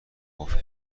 قفل